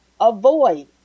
avoid